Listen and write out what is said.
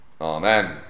Amen